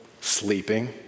sleeping